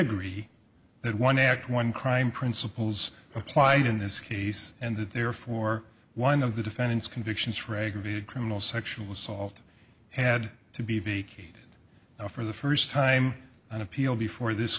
agree that one act one crime principles applied in this case and that therefore one of the defendant's convictions for aggravated criminal sexual assault had to be vacated for the first time on appeal before this